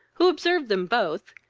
who observed them both,